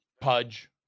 Pudge